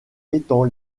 étant